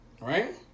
right